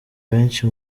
benshi